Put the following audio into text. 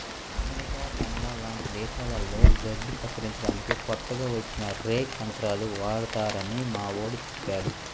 America, Canada లాంటి దేశాల్లో గడ్డి కత్తిరించడానికి కొత్తగా వచ్చిన రేక్ యంత్రాలు వాడతారని మావోడు చెప్పాడు